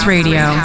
Radio